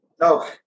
no